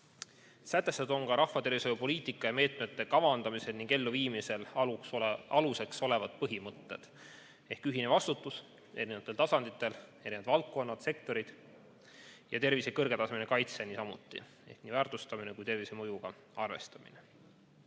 Sätestatud on ka rahvatervishoiu poliitika ja meetmete kavandamisel ning elluviimisel aluseks olevad põhimõtted ehk ühine vastutus erinevatel tasanditel, erinevad valdkonnad, sektorid, ja niisamuti tervise kõrgetasemeline kaitse ehk nii väärtustamine kui ka tervisemõjuga arvestamine.